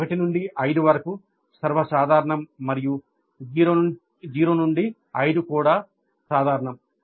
కానీ 1 నుండి 5 వరకు సర్వసాధారణం మరియు 0 నుండి 5 కూడా సాధారణం